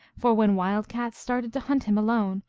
for when wild cat started to hunt him alone,